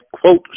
quote